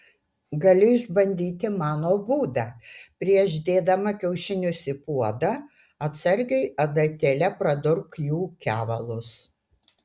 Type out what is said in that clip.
gali išbandyti mano būdą prieš dėdama kiaušinius į puodą atsargiai adatėle pradurk jų kevalus